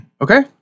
Okay